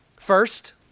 First